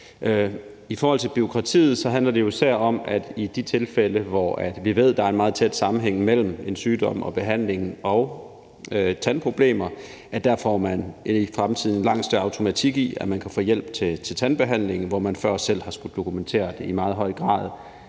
I forhold til bureaukratiet handler det jo især om, i man for fremtiden i de tilfælde, hvor vi ved at der er af en meget tæt sammenhæng mellem en sygdom og behandlingen og tandproblemer, får langt større automatik i, at man kan få hjælp til tandbehandling, før man selv har skullet dokumentere det i meget høj grad,